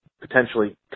potentially